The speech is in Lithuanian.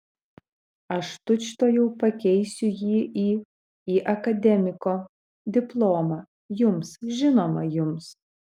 aš tučtuojau pakeisiu jį į į akademiko diplomą jums žinoma jums